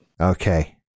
Okay